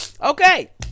Okay